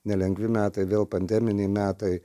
nelengvi metai vėl pandeminiai metai